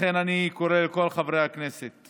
לכן אני קורא לכל חברי הכנסת